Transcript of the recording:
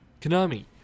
Konami